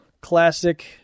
classic